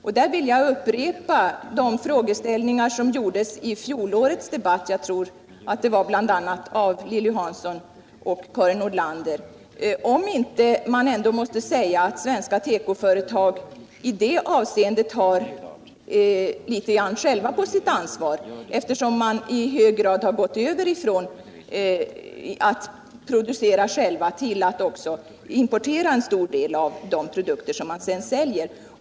Jag vill då upprepa den fråga som ställdes i fjolårets debatt — jag tror det var bl.a. av Lilly Hansson och Karin Nordlander —om man inte ändå måste säga att svenska tekoföretag i det avseendet själva har litet på sitt ansvar, eftersom de dels flyttat delar av verksamheten utomlands, dels i hög grad har gått över från att producera till att också importera en stor del av de produkter de sedan säljer.